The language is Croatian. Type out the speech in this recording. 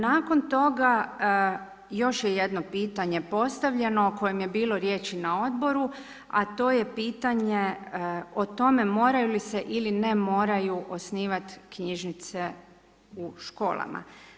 Nakon toga, još je jedno pitanje postavljeno o kojem je bilo riječi na Odboru, a to je pitanje o tome moraju li se ili ne moraju osnivati knjižnice u školama.